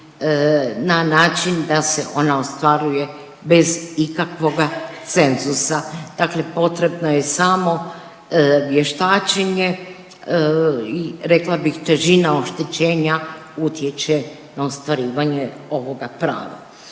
na način da se ona ostvaruje bez ikakvoga cenzusa, dakle potrebno je samo vještačenje i rekla bih težina oštećenja utječe na ostvarivanje ovoga prava.